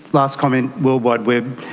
last comment, world wide web,